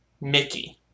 Mickey